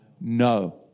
No